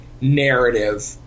narrative